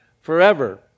forever